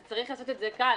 אז צריך לעשות את זה כאן,